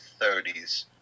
30s